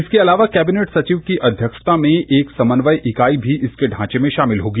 इसके अलावा कैबिनेट सचिव की अध्यक्षता में एक समन्वय इकाई भी इसके ढांचे में शामिल होगी